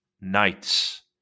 nights